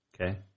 Okay